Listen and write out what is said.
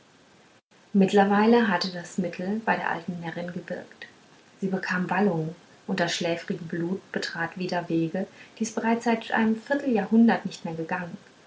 mittlerweile hatte das mittel bei der alten närrin gewirkt sie bekam wallungen und das schläfrige blut betrat wieder wege die es bereits seit einem vierteljahrhundert nicht mehr gegangen